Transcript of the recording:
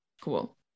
Cool